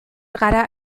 gara